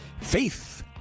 Faith